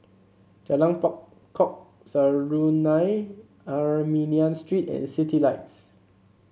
Jalan Pokok Serunai Armenian Street and Citylights